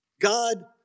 God